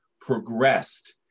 progressed